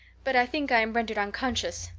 but i think i am rendered unconscious.